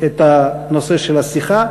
את נושא השיחה.